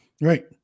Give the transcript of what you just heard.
Right